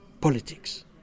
politics